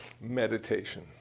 meditation